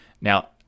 now